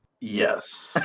yes